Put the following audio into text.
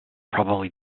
probably